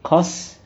cause